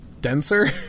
denser